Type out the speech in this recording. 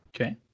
Okay